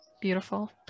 beautiful